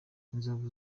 inzovu